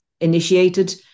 initiated